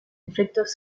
efectos